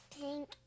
pink